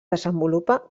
desenvolupa